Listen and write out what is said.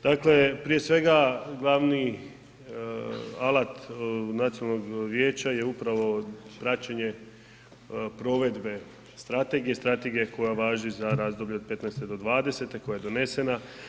Dakle, prije svega, glavni alat nacionalnog vijeća je upravo praćenje provedbe strategije, strategije koja važi za razdoblje od 15.-20. koje je donesena.